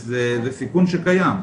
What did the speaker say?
זה סיכון שקיים,